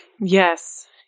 Yes